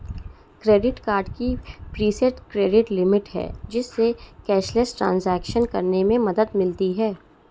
credit card की preset credit limit है, जिससे कैशलेस ट्रांज़ैक्शन करने में मदद मिलती है